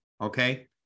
okay